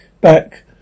back